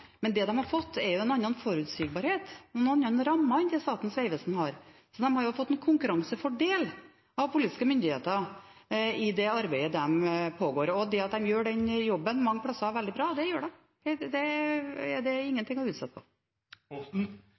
men det de har fått, er en annen forutsigbarhet for rammene enn det Statens vegvesen har. De har fått en konkurransefordel av politiske myndigheter i de arbeidet de gjør. Det at de gjør den jobben veldig bra mange plasser, det gjør de. Det er det ingenting å utsette på.